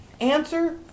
Answer